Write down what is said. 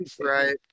Right